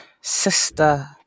sister